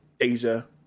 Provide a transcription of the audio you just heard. Asia